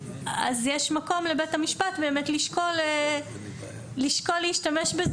אז יש מקום לבית המשפט באמת לשקול להשתמש בזה